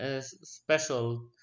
special